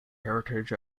heritage